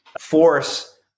force